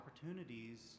opportunities